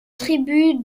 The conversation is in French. tribus